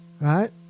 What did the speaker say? right